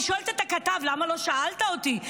אני שואלת את הכתב: למה לא שאלת אותי?